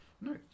No